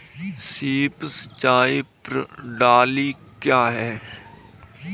Drip सिंचाई प्रणाली क्या है?